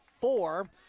four